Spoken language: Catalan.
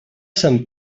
sant